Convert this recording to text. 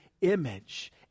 image